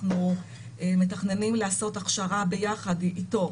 אנחנו מתכננים לעשות הכשרה ביחד איתו